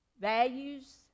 Values